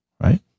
right